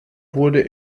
wurde